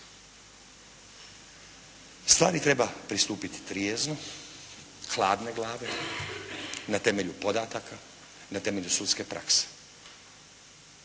Stvari treba pristupiti trijezno, hladne glave, na temelju podataka, na temelju sudske prakse